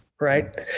Right